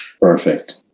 Perfect